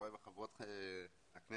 חברי וחברות הכנסת,